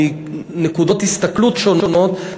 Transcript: מנקודות הסתכלות שונות,